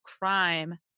crime